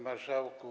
Marszałku!